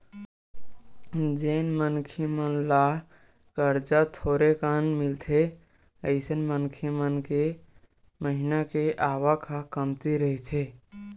जेन मनखे मन ल करजा थोरेकन मिलथे अइसन मनखे मन के महिना के आवक ह कमती रहिथे